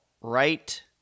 right